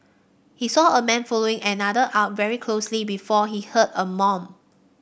he saw a man following another are very closely before he heard a mom